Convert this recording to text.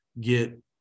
get